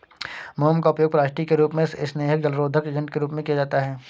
मोम का उपयोग प्लास्टिक के रूप में, स्नेहक, जलरोधक एजेंट के रूप में किया जाता है